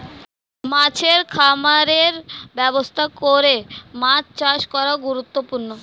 মাছের খামারের ব্যবস্থা করে মাছ চাষ করা গুরুত্বপূর্ণ